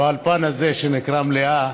באולפן הזה שנקרא מליאה.